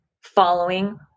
following